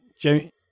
Jamie